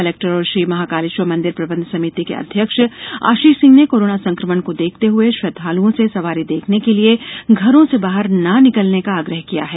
collector और श्री महाकालेश्वर मंदिर प्रबंध समिति के अध्यक्ष आशीष सिंह ने कोरोना संकमण को देखते हुए श्रद्वालुओं से सवारी देखने के लिए घरों से बाहर न निकलने का आग्रह किया गया है